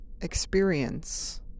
experience